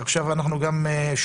עכשיו אנחנו שומעים,